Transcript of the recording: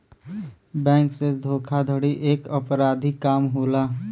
bank से धोखाधड़ी एक अपराधिक काम होला